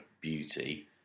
beauty